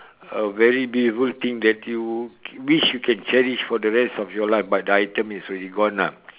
a very beautiful thing that you wish you can cherish for the rest of your life but the item is already gone ah